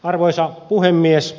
arvoisa puhemies